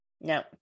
No